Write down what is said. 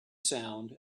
sound